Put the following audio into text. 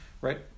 right